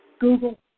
Google